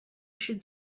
should